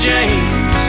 James